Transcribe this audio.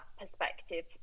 perspective